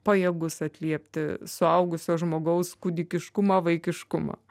pajėgus atliepti suaugusio žmogaus kūdikiškumą vaikiškumą